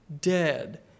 dead